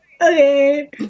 Okay